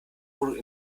wohnung